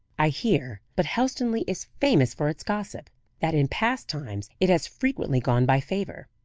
i hear but helstonleigh is famous for its gossip that in past times it has frequently gone by favour.